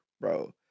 bro